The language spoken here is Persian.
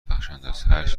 بخشندست، هرچی